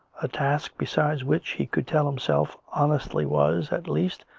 a task besides which he could tell himself honestly was, at least,